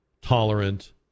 tolerant